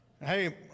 Hey